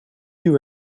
you